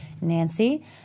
Nancy